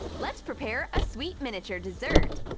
let's prepare a sweet miniature dessert!